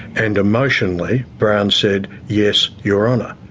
and emotionally brown said, yes, your honour.